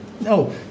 No